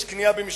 יש קנייה במשיכה,